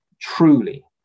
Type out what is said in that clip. truly